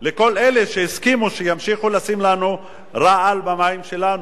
של כל אלה שהסכימו שימשיכו לשים לנו רעל במים שלנו.